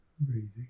breathing